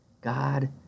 God